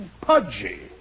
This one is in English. pudgy